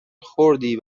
خوردی